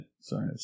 Sorry